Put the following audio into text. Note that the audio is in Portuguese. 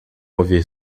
ouvir